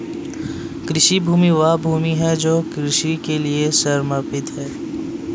कृषि भूमि वह भूमि है जो कृषि के लिए समर्पित है